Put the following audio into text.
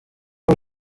uru